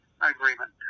agreement